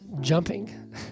jumping